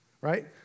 right